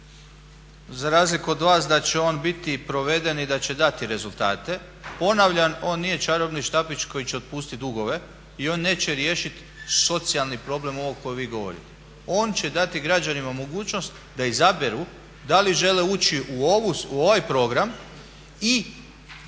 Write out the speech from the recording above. za razliku od vas da će on biti proveden i da će dati rezultate. Ponavljam on nije čarobni štapić koji će otpustiti dugove i on neće riješiti socijalni problem ovaj o kojem vi govorite. On će dati građanima mogućnost da izaberu da li žele ući u ovaj program i